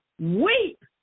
Weep